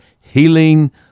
Healing